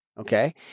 Okay